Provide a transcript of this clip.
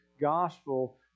gospel